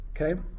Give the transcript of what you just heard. Okay